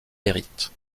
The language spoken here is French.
hérite